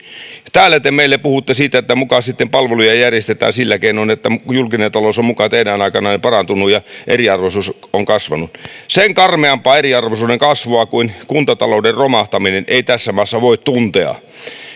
täällä te meille puhutte siitä että muka sitten palveluja järjestetään sillä keinoin että julkinen talous on muka teidän aikananne parantunut ja eriarvoisuus on vähentynyt sen karmeampaa eriarvoisuuden kasvua kuin kuntatalouden romahtaminen ei tässä maassa voi tuntea